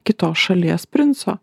kitos šalies princo